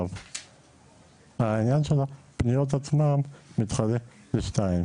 העניין של הפניות עצמם מתחלק לשתיים.